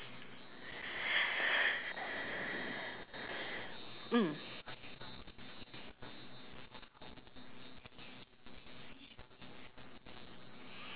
mm